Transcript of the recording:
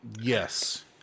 Yes